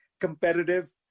competitive